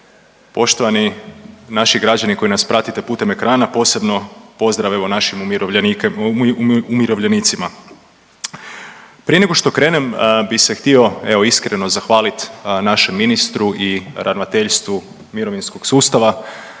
poštovani naši građani koji nas pratite putem ekrana posebno pozdrav evo našim umirovljenicima. Prije nego što krenem bi se htio evo iskreno zahvaliti našem ministru i ravnateljstvu mirovinskog sustava